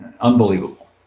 unbelievable